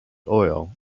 oil